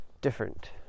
different